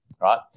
right